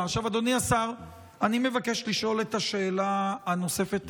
ערכאה בין בתי המשפט המחוזיים